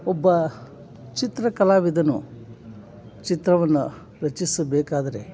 ಒಬ್ಬ ಚಿತ್ರ ಕಲಾವಿದನು ಚಿತ್ರವನ್ನು ರಚಿಸಬೇಕಾದರೆ